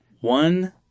one